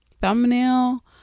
thumbnail